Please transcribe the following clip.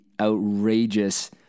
outrageous